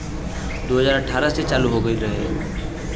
दू हज़ार अठारह से चालू हो गएल रहे